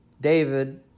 David